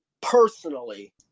personally